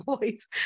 voice